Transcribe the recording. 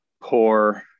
poor